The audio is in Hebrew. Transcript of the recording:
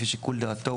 לפי שיקול דעתו,